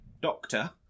Doctor